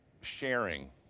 sharing